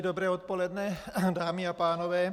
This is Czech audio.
Dobré odpoledne, dámy a pánové.